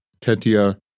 Tetia